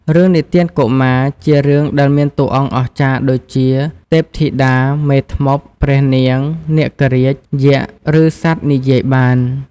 រឿងនិទានកុមារជារឿងដែលមានតួអង្គ អស្ចារ្យ ដូចជា ទេពធីតា មេធ្មប់ ព្រះនាង នាគរាជ យក្ស ឬសត្វនិយាយបាន ។